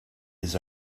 his